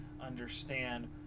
understand